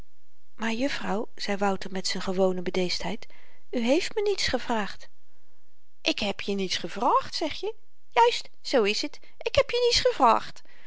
maar juffrouw zei wouter met z'n gewone bedeesdheid u heeft me niets gevraagd ik heb je niets gevraagd zegje juist zoo is het ik heb je niets gevraagd